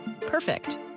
Perfect